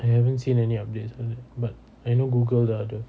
I haven't seen any updates on it but I know google dah ada